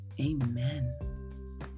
Amen